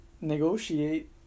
negotiate